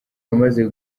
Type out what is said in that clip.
bamaze